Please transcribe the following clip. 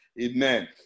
Amen